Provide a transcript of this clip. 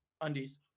undies